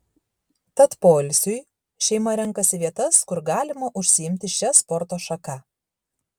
tad poilsiui šeima renkasi vietas kur galima užsiimti šia sporto šaka